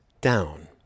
down